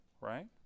right